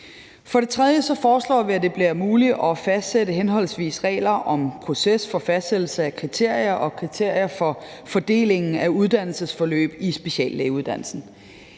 For det tredje foreslår vi, at det bliver muligt at fastsætte regler om henholdsvis processen for fastsættelse af kriterier og kriterier for fordelingen af uddannelsesforløb i speciallægeuddannelsen.